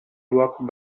walked